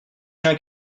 chien